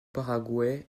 paraguay